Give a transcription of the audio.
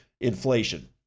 inflation